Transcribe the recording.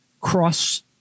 cross